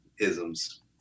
isms